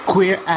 Queer